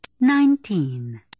Nineteen